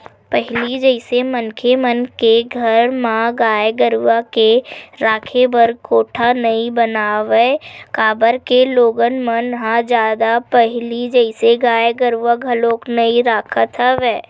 पहिली जइसे मनखे मन के घर म गाय गरु के राखे बर कोठा नइ बनावय काबर के लोगन मन ह जादा पहिली जइसे गाय गरुवा घलोक नइ रखत हवय